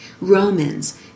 Romans